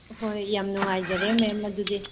ꯍꯣꯏ ꯌꯥꯝ ꯅꯨꯡꯉꯥꯏꯖꯔꯦ ꯃꯦꯝ ꯑꯗꯨꯗꯤ